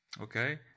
okay